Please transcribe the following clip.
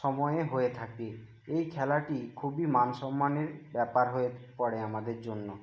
সময়ে হয়ে থাকে এই খেলাটি খুবই মান সম্মানের ব্যাপার হয়ে পড়ে আমাদের জন্য